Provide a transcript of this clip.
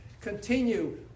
continue